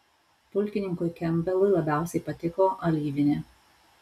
pulkininkui kempbelui labiausiai patiko alyvinė